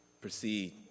proceed